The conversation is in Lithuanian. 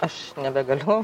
aš nebegaliu